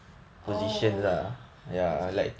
oh okay